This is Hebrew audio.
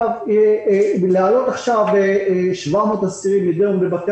להעלות עכשיו 700 אסירים לדיון בבתי